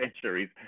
centuries